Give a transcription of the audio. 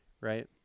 right